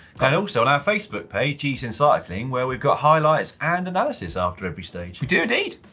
and also on our facebook page, gcn cycling, where we've got highlights and analysis after every stage. we do indeed.